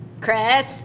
Chris